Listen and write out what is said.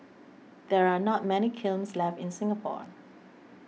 there are not many kilns left in Singapore